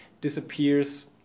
disappears